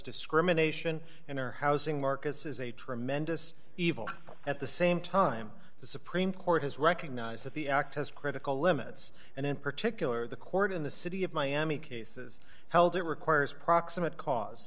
discrimination in our housing markets is a tremendous evil at the same time the supreme court has recognized that the act has critical limits and in particular the court in the city of miami cases held it requires proximate cause